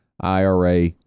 ira